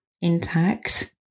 intact